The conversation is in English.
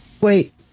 Wait